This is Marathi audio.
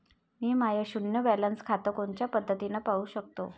मी माय शुन्य बॅलन्स खातं कोनच्या पद्धतीनं पाहू शकतो?